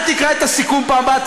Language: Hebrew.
אל תקרא את הסיכום בפעם הבאה,